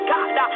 God